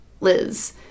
Liz